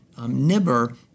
Nibber